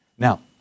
Now